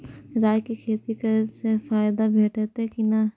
राय के खेती करे स फायदा भेटत की नै?